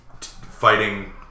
fighting